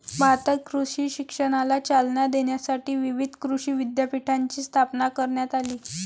भारतात कृषी शिक्षणाला चालना देण्यासाठी विविध कृषी विद्यापीठांची स्थापना करण्यात आली